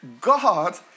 God